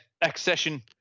accession